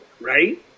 right